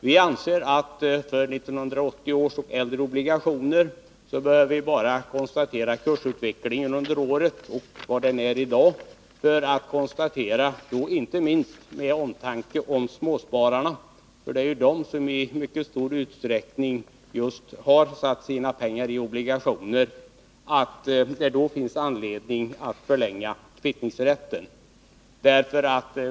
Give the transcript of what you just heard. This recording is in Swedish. Vi anser att vi för 1980 års obligationer och äldre bara behöver se på kursutvecklingen under året och kursen i dag för att kunna konstatera — inte minst av omtanke om småspararna, för det är ju de som i mycket stor utsträckning har satsat sina pengar i obligationer — att det finns anledning att förlänga kvittningsrätten.